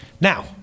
Now